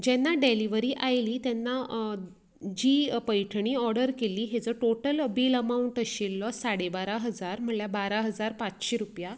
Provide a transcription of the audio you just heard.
जेन्ना डेल्हीवरी आयली तेन्ना म्हजी पैठणी ऑर्डर केली हेजो टोटल बील अमावन्ट आशिल्लो साडे बारा हजार म्हळ्यार बारा हजार पांचशे रुपया